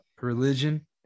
religion